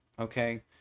okay